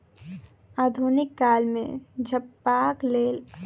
आधुनिक काल मे झपबाक लेल पन्नीक उपयोग कयल जाइत अछि